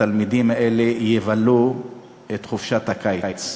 התלמידים האלה יבלו את חופשת הקיץ,